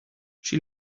she